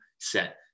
set